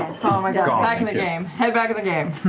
oh my god, back in the game. head back in the game.